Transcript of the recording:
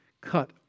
cut